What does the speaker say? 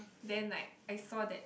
then like I saw that